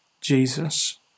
Jesus